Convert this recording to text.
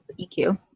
EQ